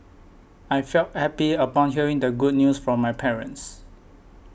I felt happy upon hearing the good news from my parents